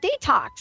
detox